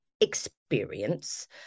experience